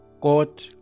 God